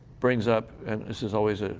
brings up, and this is always ah